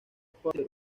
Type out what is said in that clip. sporting